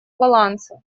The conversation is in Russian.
баланса